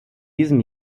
diesem